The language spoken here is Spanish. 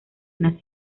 una